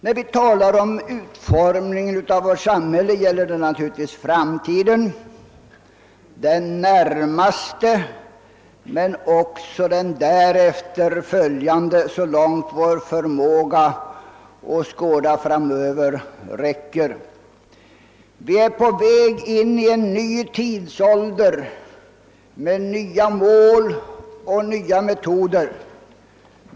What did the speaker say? När vi talar om utformningen av vårt samhälle gäller det framtiden — den närmaste men också den därefter följande, så långt vår förmåga att skåda framåt räcker. Vi är på väg in i en ny tidsålder, med nya mål och nya metoder.